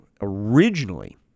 originally